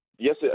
Yes